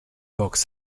box